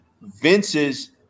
Vince's